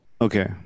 Okay